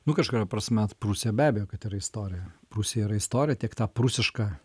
nu kažkuria prasme prūsija be abejo kad yra istorija prūsija yra istorija tiek ta prūsiška